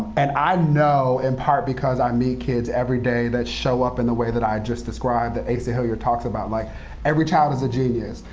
and i know, in part, because i meet kids every day that show up in the way that i just described, that asa hilliard talks about. like every child is a genius.